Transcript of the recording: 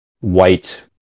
white